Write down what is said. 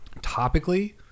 topically